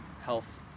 health